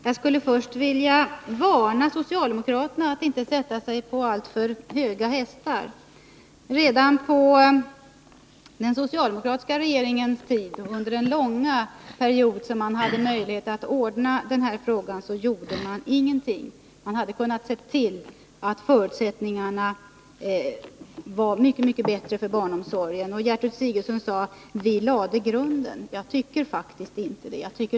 Herr talman! Jag vill först varna socialdemokraterna för att sätta sig på alltför höga hästar. Under den långa period då socialdemokraterna hade möjlighet att vidta åtgärder gjorde man ingenting. Socialdemokraterna hade kunnat se till att förutsättningarna för barnomsorgen blivit mycket bättre. Gertrud Sigurdsen sade att socialdemokraterna lade grunden. Jag tycker faktiskt inte det.